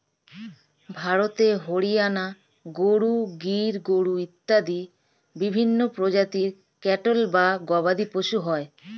ভারতে হরিয়ানা গরু, গির গরু ইত্যাদি বিভিন্ন প্রজাতির ক্যাটল বা গবাদিপশু হয়